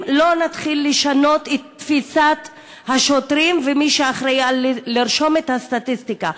אם לא נתחיל לשנות את תפיסת השוטרים ומי שאחראי לרשום את הסטטיסטיקה,